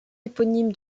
éponyme